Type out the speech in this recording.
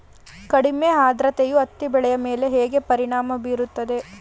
ಕಡಿಮೆ ಆದ್ರತೆಯು ಹತ್ತಿ ಬೆಳೆಯ ಮೇಲೆ ಹೇಗೆ ಪರಿಣಾಮ ಬೀರುತ್ತದೆ?